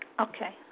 Okay